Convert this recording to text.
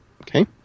Okay